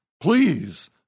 Please